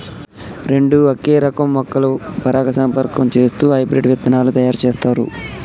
రెండు ఒకే రకం మొక్కలు పరాగసంపర్కం చేస్తూ హైబ్రిడ్ విత్తనాలు తయారు చేస్తారు